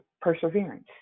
perseverance